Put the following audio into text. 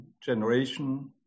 generation